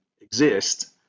exist